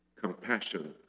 compassion